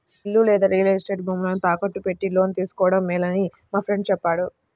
ఇల్లు లేదా real estate భూములను తాకట్టు పెట్టి లోను తీసుకోడం మేలని మా ఫ్రెండు చెప్పాడు